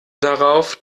darauf